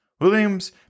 Williams